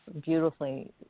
beautifully